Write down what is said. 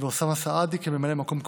ואוסאמה סעדי כממלאי מקום קבועים,